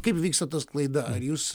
kaip vyksta ta sklaida ar jūs